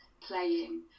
playing